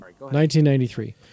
1993